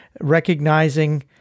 recognizing